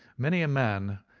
many a man,